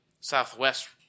southwest